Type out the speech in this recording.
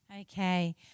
Okay